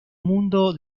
mundo